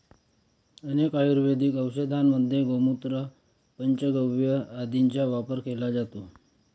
अनेक आयुर्वेदिक औषधांमध्ये गोमूत्र, पंचगव्य आदींचा वापर केला जातो